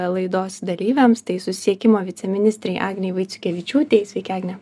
laidos dalyviams tai susisiekimo viceministrei agnei vaiciukevičiūtei sveiki agne